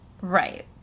Right